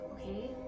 Okay